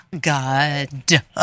God